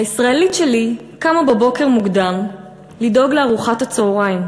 הישראלית שלי קמה בבוקר מוקדם לדאוג לארוחת הצהריים.